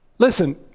Listen